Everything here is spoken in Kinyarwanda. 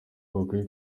bakwiye